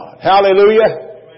Hallelujah